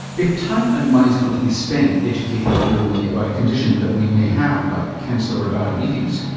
if time and money's going to be spent educating you and me about a condition that we may have like cancer or diabetes,